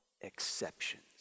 exceptions